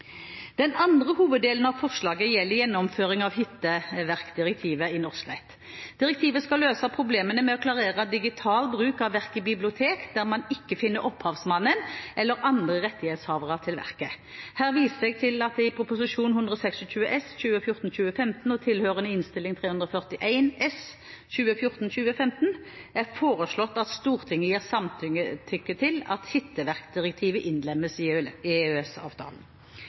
Den andre hoveddelen av forslaget gjelder gjennomføring av hitteverkdirektivet i norsk rett. Direktivet skal løse problemene med å klarere digital bruk av verk i bibliotek der man ikke finner opphavsmannen eller andre rettighetshavere til verket. Her viser jeg til at det i Prop. 126 S for 2014–2015 og i tilhørende Innst. 321 S for 2014–2015 er foreslått at Stortinget gir samtykke til at hitteverkdirektivet innlemmes i